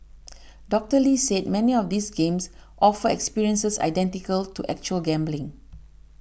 Doctor Lee said many of these games offer experiences identical to actual gambling